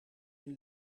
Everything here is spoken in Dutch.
een